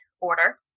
order